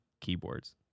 keyboards